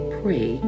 pray